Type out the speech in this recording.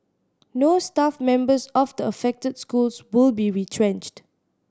no staff members of the affected schools will be retrenched